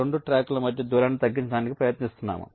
2 ట్రాక్ల మధ్య దూరాన్ని తగ్గించడానికి ప్రయత్నిస్తున్నాము